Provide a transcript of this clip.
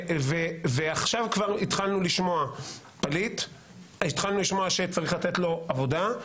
ועכשיו כבר התחלנו לשמוע שצריך לתת לו עבודה.